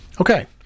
Okay